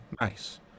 Nice